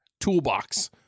toolbox